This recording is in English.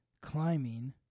climbing